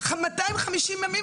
250 ימים.